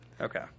okay